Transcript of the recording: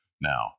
Now